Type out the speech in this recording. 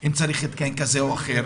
אם צריך התקן כזה או אחר?